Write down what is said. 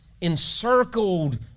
encircled